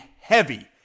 heavy